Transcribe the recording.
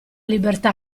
libertà